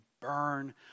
burn